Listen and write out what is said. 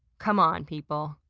come on, people.